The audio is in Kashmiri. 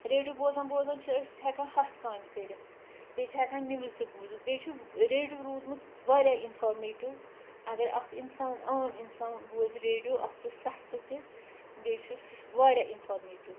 ریڈیو بوزان بوزان چھِ أسۍ ہٮ۪کان ہَتھ کامہِ کٔرِتھ بیٚیہِ چھِ ہیٚکان نِوٕز تہِ بوٗزِتھ بیٚیہِ چھُ ریڈیو روٗدمُت واریاہ اِنفارمیٹِو اگر اَکھ اِنسان عام اِنسان بوٗزِ ریڈیو اَکھ چھُ سَستہٕ تہِ بیٚیہِ چھُ سُہ واریاہ اِنفارمیٹِو